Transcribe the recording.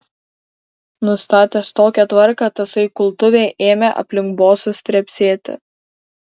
nustatęs tokią tvarką tasai kultuvė ėmė aplink bosus trepsėti